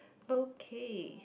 okay